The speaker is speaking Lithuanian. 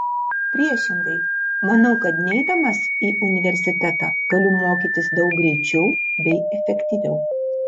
priešingai manau kad neidamas į universitetą galiu mokytis daug greičiau bei efektyviau